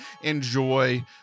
enjoy